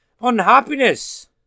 unhappiness